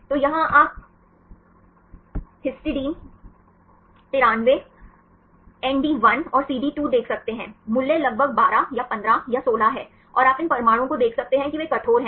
तो यहां आप हिस्टिडीन 93 एनडी 1 और सीडी 2 देख सकते हैं मूल्य लगभग 12 या 15 या 16 है और आप इन परमाणुओं को देख सकते हैं कि वे कठोर हैं